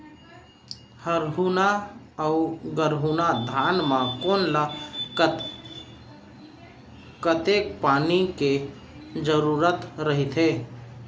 हरहुना अऊ गरहुना धान म कोन ला कतेक पानी के जरूरत रहिथे?